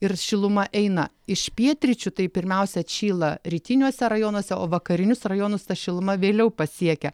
ir šiluma eina iš pietryčių tai pirmiausia atšyla rytiniuose rajonuose o vakarinius rajonus ta šiluma vėliau pasiekia